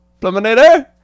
Pluminator